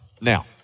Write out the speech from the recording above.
Now